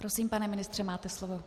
Prosím, pane ministře, máte slovo.